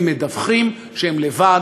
הם מדווחים שהם לבד,